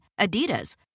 Adidas